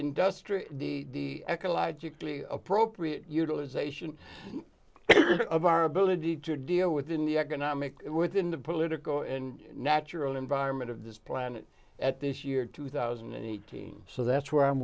industrial the ecologically appropriate utilization of our ability to deal with in the economic within the political and natural environment of this planet at this year two thousand and eighteen so that's where i'm